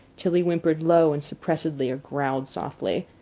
till he whimpered low and suppressedly, or growled softly,